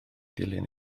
dilyn